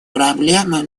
проблемы